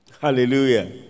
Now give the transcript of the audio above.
Hallelujah